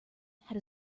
had